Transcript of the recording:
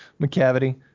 McCavity